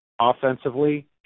offensively